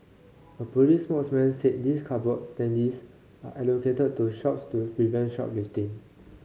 a police spokesman said these cardboard standees are allocated to shops to prevent shoplifting